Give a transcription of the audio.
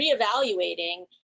reevaluating